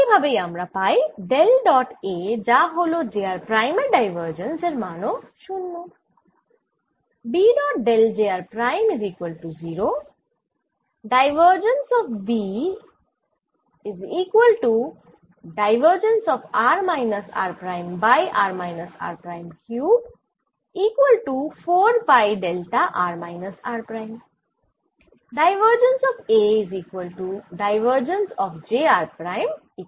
এই ভাবেই আমরা পাই ডেল ডট A যা হল j r প্রাইম এর ডাইভার্জেন্স এর মান ও 0